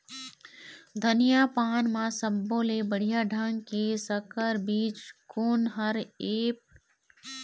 धनिया पान म सब्बो ले बढ़िया ढंग के संकर बीज कोन हर ऐप?